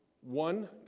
One